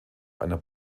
einer